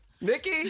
Nikki